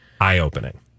eye-opening